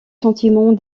sentiment